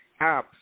apps